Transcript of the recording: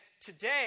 today